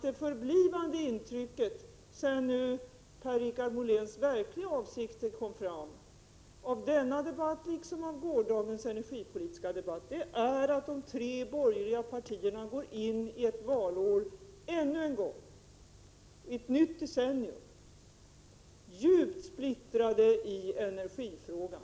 Det bestående intrycket — sedan Per-Richard Moléns verkliga avsikter nu kommit fram — av denna debatt, liksom av gårdagens energipolitiska debatt, är att de tre borgerliga partierna ännu en gång går in i ett valår djupt splittrade i energifrågan.